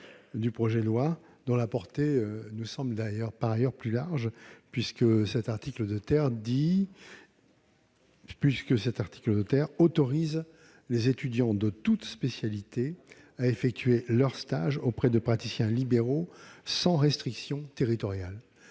du projet de loi, dont la portée semble par ailleurs plus large, dans la mesure où il autorise les étudiants de toutes spécialités à effectuer leurs stages auprès de praticiens libéraux, sans restriction territoriale.